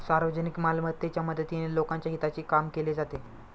सार्वजनिक मालमत्तेच्या मदतीने लोकांच्या हिताचे काम केले जाते